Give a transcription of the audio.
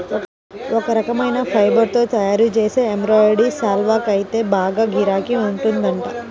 ఒక రకమైన ఫైబర్ తో తయ్యారుజేసే ఎంబ్రాయిడరీ శాల్వాకైతే బాగా గిరాకీ ఉందంట